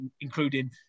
including